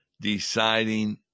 deciding